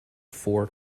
four